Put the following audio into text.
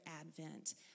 Advent